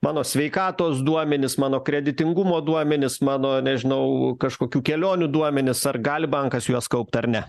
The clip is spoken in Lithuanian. mano sveikatos duomenis mano kreditingumo duomenis mano nežinau kažkokių kelionių duomenis ar gali bankas juos kaupti ar ne